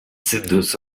seduce